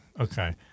Okay